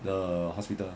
的 hospital